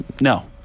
No